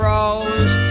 Rose